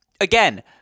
Again